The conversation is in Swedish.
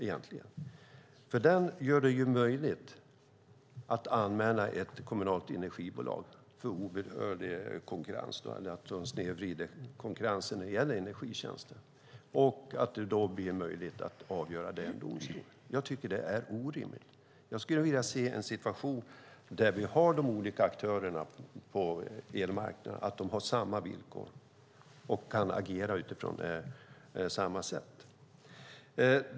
Den gör det nämligen möjligt att anmäla ett kommunalt energibolag för obehörig konkurrens eller för snedvridning av konkurrensen när det gäller energitjänster. Det blir då möjligt att avgöra detta i domstol. Jag tycker att detta är orimligt. Jag skulle vilja se en situation där de olika aktörerna på elmarknaden har samma villkor och kan agera på samma sätt.